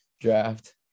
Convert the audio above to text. draft